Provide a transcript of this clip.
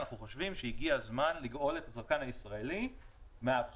אנחנו חושבים שהגיע הזמן לגאול את הצרכן הישראלי מההבחנה